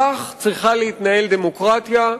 כך צריכה להתנהל דמוקרטיה,